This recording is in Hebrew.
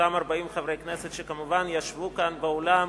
אותם 40 חברי כנסת שכמובן ישבו כאן באולם